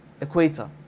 equator